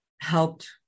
helped